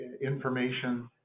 information